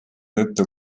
tõttu